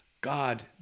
God